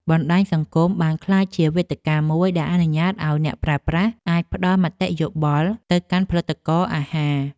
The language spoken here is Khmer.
បណ្តាញសង្គមបានក្លាយជាវេទិកាមួយដែលអនុញ្ញាតឱ្យអ្នកប្រើប្រាស់អាចផ្តល់មតិយោបល់ផ្ទាល់ទៅកាន់ផលិតករអាហារ។